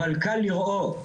אבל קל לראות,